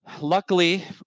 Luckily